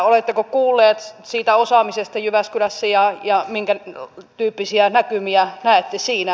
oletteko kuullut siitä osaamisesta jyväskylässä ja minkätyyppisiä näkymiä näette siinä